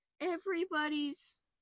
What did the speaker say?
Everybody's